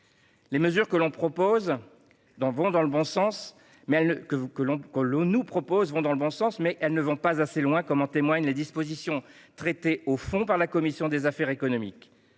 Les mesures que l'on nous propose vont dans le bon sens, mais elles ne vont pas assez loin, comme en témoignent les dispositions dont la commission des affaires économiques